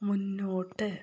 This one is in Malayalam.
മുന്നോട്ട്